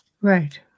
Right